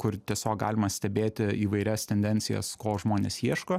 kur tiesiog galima stebėti įvairias tendencijas ko žmonės ieško